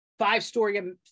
Five-story